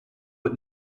het